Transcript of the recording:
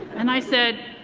and i said,